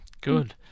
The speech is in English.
Good